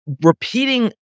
repeating